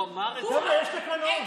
המסכה שלך היא של מחאה של הנשים.